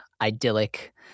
idyllic